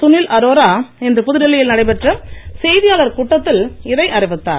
சுனில் அரோரா இன்று புதுடெல்லியில் நடைபெற்ற செய்தியாளர் கூட்டத்தில் இதை அறிவித்தார்